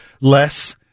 less